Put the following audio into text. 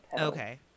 Okay